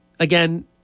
Again